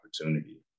opportunity